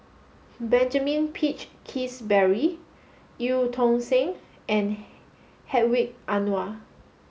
Benjamin Peach Keasberry Eu Tong Sen and Hedwig Anuar